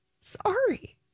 Sorry